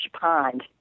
pond